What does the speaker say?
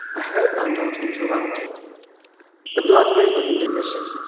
ah hope i'm not interrupting the blood moon is in position.